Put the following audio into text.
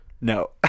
No